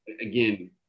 again